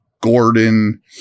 Gordon